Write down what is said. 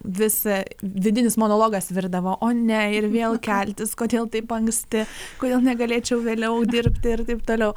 vis vidinis monologas virdavo o ne ir vėl keltis kodėl taip anksti kodėl negalėčiau vėliau dirbti ir taip toliau